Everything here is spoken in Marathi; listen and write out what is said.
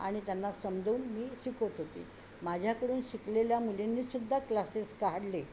आणि त्यांना समजवून मी शिकवत होती माझ्याकडून शिकलेल्या मुलींनीसुद्धा क्लासेस काढले